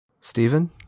Stephen